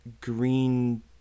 green